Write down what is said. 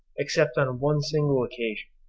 except on one single occasion,